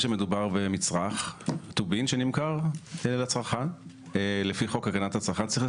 כי אולי אפשר להדפיס את שם הרשת יהיה גם מודפס המחיר.